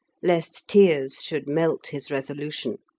lest tears should melt his resolution.